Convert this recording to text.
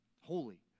Holy